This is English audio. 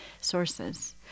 sources